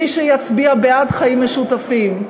מי שיצביע בעד חיים משותפים,